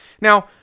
Now